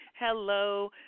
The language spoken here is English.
Hello